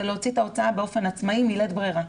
להוציא את ההוצאה באופן עצמאי בלית ברירה.